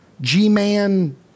G-man